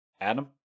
Adam